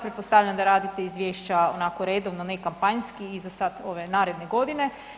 Pretpostavljam da radite izvješća onako redovno ne kampanjski i za sad ove naredne godine.